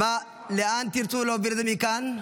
לאן תרצו להעביר את זה מכאן?